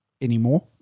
anymore